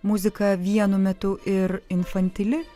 muzika vienu metu ir infantili